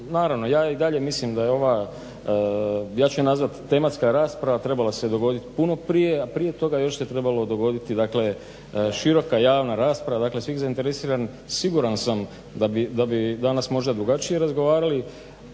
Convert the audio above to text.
Naravno ja i dalje mislim da je ova ja ću je nazvati tematska rasprava, trebala se dogoditi puno prije, a prije toga još se trebalo dogoditi široka javna rasprava svih zainteresiranih. Siguran sam da bi danas možda drugačije razgovarali.